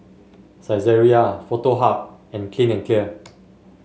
Saizeriya Foto Hub and Clean and Clear